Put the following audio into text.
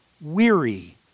weary